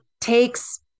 takes